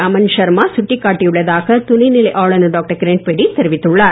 அமன் ஷர்மா சுட்டிக்காட்டியுள்ளதாக துணைநிலை ஆளுநர் டாக்டர் கிரண்பேடி தெரிவித்துள்ளார்